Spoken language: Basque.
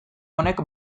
honek